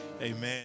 amen